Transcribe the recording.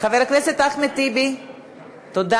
חבר הכנסת אחמד טיבי, תודה.